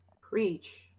Preach